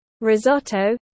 risotto